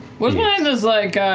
what's behind this, like,